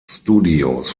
studios